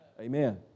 Amen